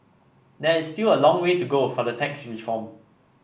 there is still a long way to go for the tax reform